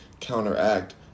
counteract